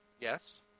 Yes